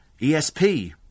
ESP